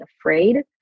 afraid